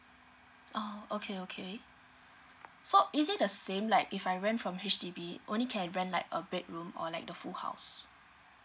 oh okay okay so is it the same like if I rent from H_D_B only can rent like a bedroom or like the full house